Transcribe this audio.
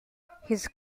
his